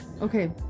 Okay